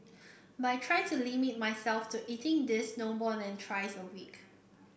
but I try to limit myself to eating these no more than thrice a week